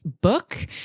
book